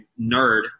nerd